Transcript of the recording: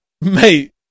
Mate